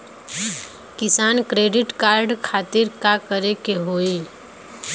किसान credit card खातिर का करे के होई?